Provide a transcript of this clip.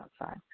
outside